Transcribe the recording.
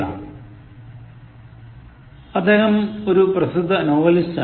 " അദ്ദേഹം ഒരു പ്രസിദ്ധ നോവലിസ്റ്റാണ്